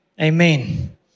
Amen